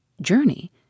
Journey